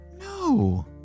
No